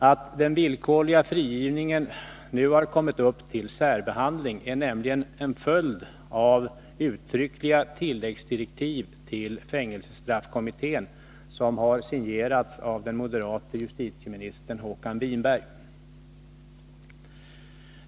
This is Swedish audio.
Att den villkorliga frigivningen nu har kommit upp till särbehandling är nämligen en följd av uttryckliga tilläggsdirektiv till fängelsestraffkommittén som har signerats av den moderate justitieministern Håkan Winberg.